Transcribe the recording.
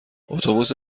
اتوبوس